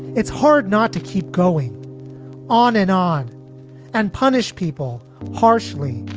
it's hard not to keep going on and on and punish people harshly,